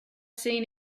seen